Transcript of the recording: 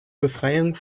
befreiung